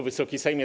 Wysoki Sejmie!